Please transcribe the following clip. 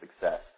success